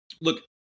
look